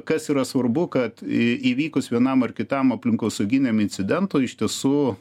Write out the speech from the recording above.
kas yra svarbu kad į įvykus vienam ar kitam aplinkosauginiam incidentui iš tiesų